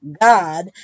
God